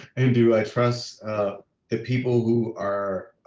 and do i trust if people who are